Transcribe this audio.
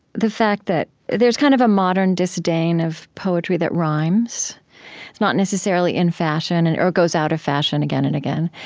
the fact that there's kind of a modern disdain of poetry that rhymes. it's not necessarily in fashion, and or it goes out of fashion again and again.